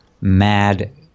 mad